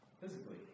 physically